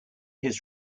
his